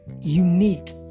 unique